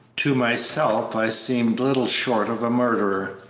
to myself i seemed little short of a murderer.